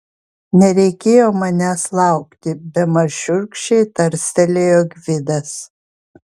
nereikėjo manęs laukti bemaž šiurkščiai tarstelėjo gvidas